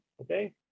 Okay